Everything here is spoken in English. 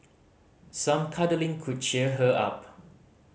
some cuddling could cheer her up